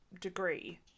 degree